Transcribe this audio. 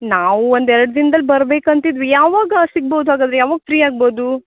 ನಾವು ಒಂದು ಎರಡು ದಿನ್ದಲ್ಲಿ ಬರ್ಬೇಕ್ ಅಂತಿದ್ವಿ ಯಾವಾಗ ಸಿಗ್ಬೋದು ಹಾಗಾದರೆ ಯಾವಾಗ ಫ್ರೀ ಆಗ್ಬೌದು